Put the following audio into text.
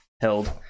held